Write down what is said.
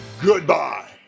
Goodbye